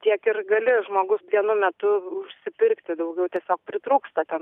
tiek ir gali žmogus vienu metu užsipirkti daugiau tiesiog pritrūksta